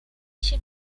się